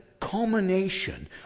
culmination